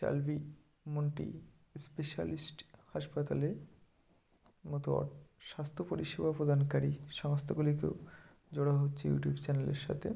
shall be multi specialist হাসপাতালে অথবা স্বাস্ত্য পরিষেবা প্রদানকারী সংস্থাগুলিকেও জোড়া হচ্ছে ইউটিউব চ্যানেলের সাথে